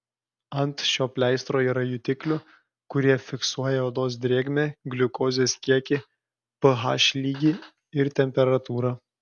ant šio pleistro yra jutiklių kurie fiksuoja odos drėgmę gliukozės kiekį ph lygį ir temperatūrą